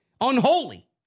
unholy